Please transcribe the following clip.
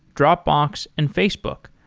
dropbox and facebook.